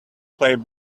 played